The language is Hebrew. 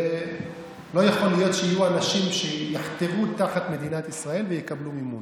לא יכול להיות שיהיו אנשים שיחתרו תחת מדינת ישראל ויקבלו מימון.